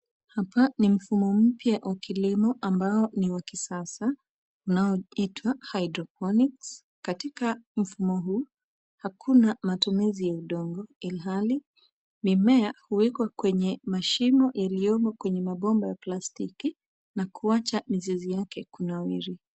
Hapa ni mfumo mpya wa kilimo ambao ni wa kisasa unaoitwa hydroponics . Katika mfumo huu hakuna matumizi ya udongo ilhali mimea huwekwa kwenye mashimo yaliyomo kwenye mabomba ya plastiki na kuacha mzizi wake kunawiri.